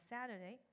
Saturday